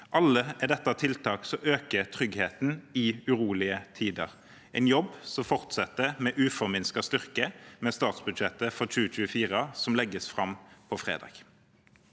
Dette er alle tiltak som øker tryggheten i urolige tider, en jobb som fortsetter med uforminsket styrke med statsbudsjettet for 2024, som legges fram på fredag.